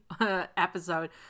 episode